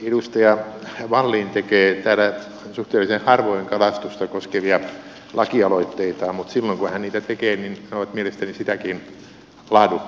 edustaja wallin tekee täällä suhteellisen harvoin kalastusta koskevia lakialoitteita mutta silloin kun hän niitä tekee ne ovat mielestäni sitäkin laadukkaampia